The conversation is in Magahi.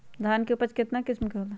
धान के उपज केतना किस्म के होला?